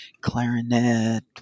clarinet